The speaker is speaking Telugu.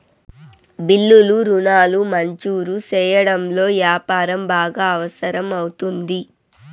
బిల్లులు రుణాలు మంజూరు సెయ్యడంలో యాపారం బాగా అవసరం అవుతుంది